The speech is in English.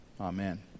Amen